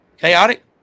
chaotic